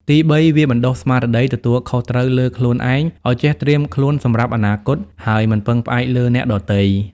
ទីបី វាបណ្តុះស្មារតីទទួលខុសត្រូវលើខ្លួនឯង ឲ្យចេះត្រៀមខ្លួនសម្រាប់អនាគត ហើយមិនពឹងផ្អែកលើអ្នកដទៃ។